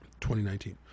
2019